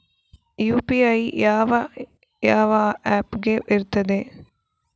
UPI ಯಾವ ಯಾವ app ಗೆ ಇರ್ತದೆ?